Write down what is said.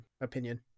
opinion